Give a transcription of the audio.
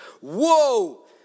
Whoa